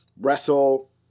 wrestle